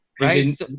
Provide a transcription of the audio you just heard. right